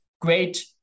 great